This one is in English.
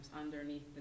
underneath